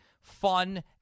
fun